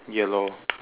yellow